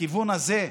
לכיוון הזה.